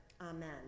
Amen